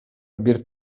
бир